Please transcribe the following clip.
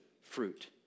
fruit